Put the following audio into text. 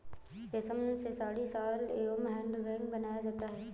रेश्म से साड़ी, शॉल एंव हैंड बैग बनाया जाता है